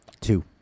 Two